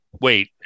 Wait